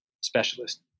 specialist